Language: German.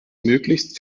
möglichst